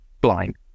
blind